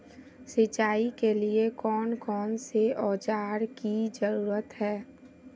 सिंचाई के लिए कौन कौन से औजार की जरूरत है?